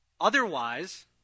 Otherwise